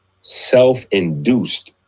self-induced